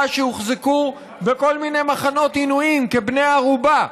שהוחזקו בכל מיני מחנות עינויים כבני ערובה.